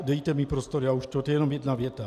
Dejte mi prostor, už jenom jedna věta.